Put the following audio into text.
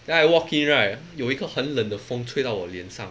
then I walk in right 有一个很冷的风吹到我的脸上